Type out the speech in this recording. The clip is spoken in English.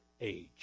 age